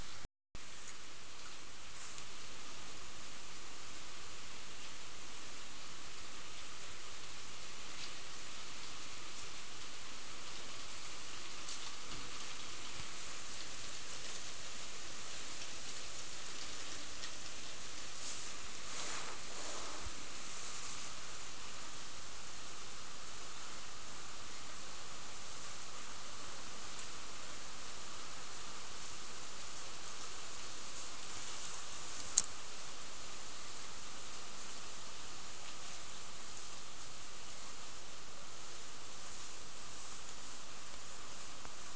Bank ನಲ್ಲಿ ತಿಂಗಳ ಸಾಲ ಪಡೆಯುವ ಬಗ್ಗೆ ವಿವರಿಸಿ?